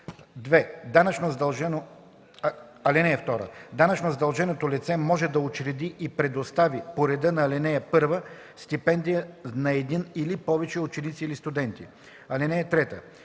Данъчно задълженото лице може да учреди и предостави по реда на ал. 1 стипендия на един или повече ученици или студенти.